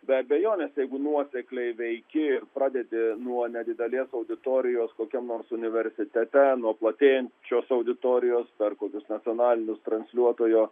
be abejonės jeigu nuosekliai veiki pradedi nuo nedidelės auditorijos kokiam nors universitete nuo platėjančios auditorijos per kokius nacionalinius transliuotojo